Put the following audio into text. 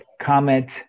comment